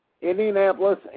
Indianapolis